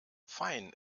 fein